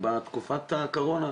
בתקופת הקורונה,